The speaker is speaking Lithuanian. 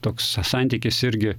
toks sa santykis irgi